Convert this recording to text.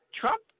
Trump